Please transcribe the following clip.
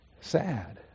sad